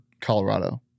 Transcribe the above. Colorado